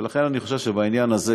ולכן אני חושב שבעניין הזה,